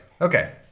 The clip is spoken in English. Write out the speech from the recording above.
okay